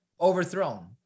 overthrown